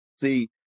see